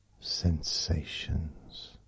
sensations